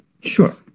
Sure